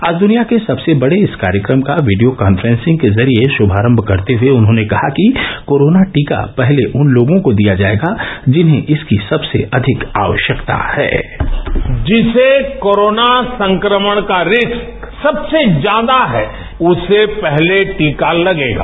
आज दनिया के सबसे बडे इस कार्यक्रम का वीडियो काफ्रेंसिंग के जरिए श्भार्भ करते हए उन्होंने कहा कि कोरोना टीका पहले उन लोगों को दिया जाएगा जिन्हें इसकी सबसे अधिक आवश्यकता है जिसे कोरोना संक्रमण का रिस्क सबसे ज्यादा है उसे पहले टीका लगेगा